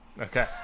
okay